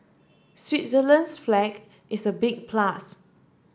Switzerland's flag is a big plus